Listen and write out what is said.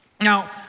Now